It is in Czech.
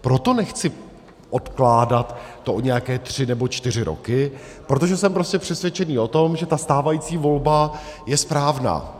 Proto nechci odkládat to o nějaké tři nebo čtyři roky, protože jsem prostě přesvědčený o tom, že ta stávající volba je správná.